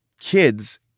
kids